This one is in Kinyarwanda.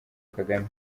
kagame